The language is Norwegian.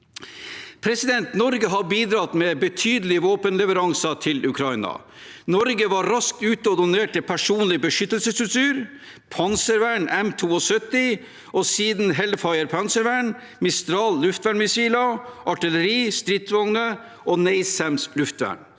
korrupsjon. Norge har bidratt med betydelige våpenleveranser til Ukraina. Norge var raskt ute og donerte personlig beskyttelsesutstyr, panservern M72, og siden Hellfire panservern, Mistral luftvernmissiler, artilleri, stridsvogner og NASAMS luftvern.